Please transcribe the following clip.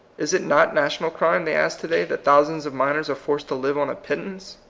is it not national crime, they ask to-day, that thousands of miners are forced to live on a pittance?